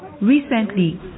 Recently